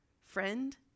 Friend